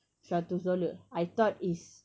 seratus dollar I thought is